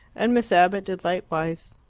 and miss abbott did likewise.